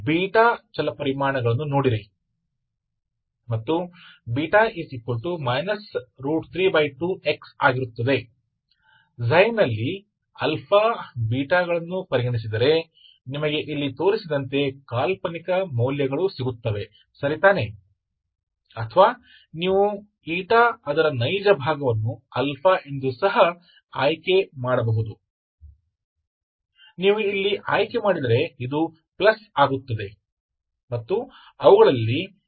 beta ये वे चर हैं जिन्हें आप इसके बजाय खोजते हैं और β 32x तो यह वही है जो आपके पास है यदि आप लेते हैं तो इसका वास्तविक हिस्सा वह है जो आपको जो आपको काल्पनिक हिस्सा मिलता है और यही आप है प्राप्त करें ठीक है